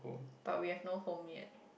but we have no home yet